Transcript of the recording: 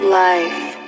life